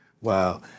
Wow